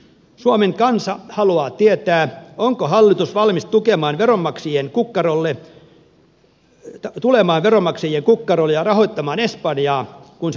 suomen kansa haluaa tietää onko hallitus valmis tulemaan veronmaksajien kukkarolle ja rahoittamaan espanjaa kun se romahtaa